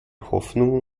hoffnung